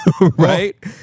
Right